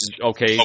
okay